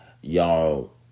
Y'all